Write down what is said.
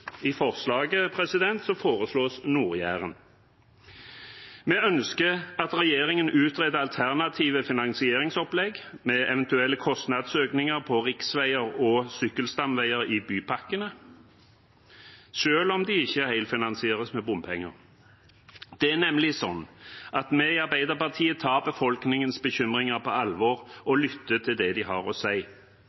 i forslaget foreslås Nord-Jæren. Vi ønsker at regjeringen utreder alternative finansieringsopplegg ved eventuelle kostnadsøkninger på riksveier og sykkelstamveier i bypakkene, selv om de ikke helfinansieres med bompenger. Det er nemlig sånn at vi i Arbeiderpartiet tar befolkningens bekymringer på alvor og lytter til det de har å si.